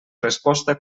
resposta